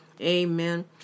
Amen